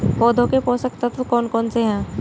पौधों के पोषक तत्व कौन कौन से हैं?